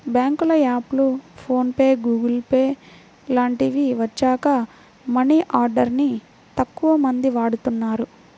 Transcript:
బ్యేంకుల యాప్లు, PhonePe, Google Pay లాంటివి వచ్చాక మనీ ఆర్డర్ ని తక్కువమంది వాడుతున్నారు